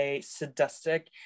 sadistic